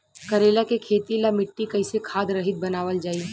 करेला के खेती ला मिट्टी कइसे खाद्य रहित बनावल जाई?